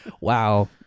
Wow